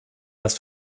das